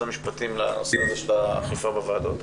המשפטים בנוגע לנושא של האכיפה בוועדות.